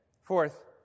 Fourth